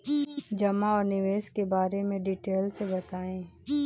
जमा और निवेश के बारे में डिटेल से बताएँ?